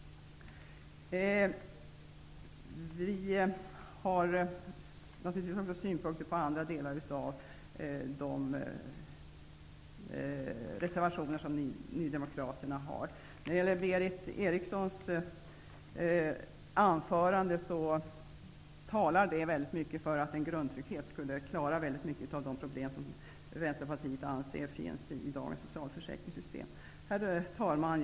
Vi har naturligtvis också synpunkter på andra delar av de reservationer som Nydemokraterna har. Berith Eriksson talar i sitt anförande väldigt mycket för att en grundtrygghet skulle klara många av de problem som Vänsterpartiet anser finns i dagens socialförsäkringssystem. Herr talman!